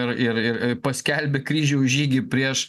ir ir ir paskelbė kryžiaus žygį prieš